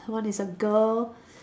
one is a girl